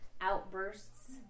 outbursts